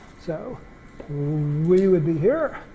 so we would be here,